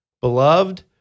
Beloved